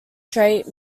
strait